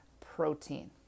protein